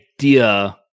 idea